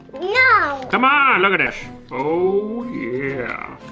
yeah come on. look at this. oh yeah.